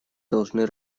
должны